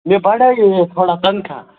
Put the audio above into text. مےٚ بَڑٲوِو حظ تھوڑا تَنخواہ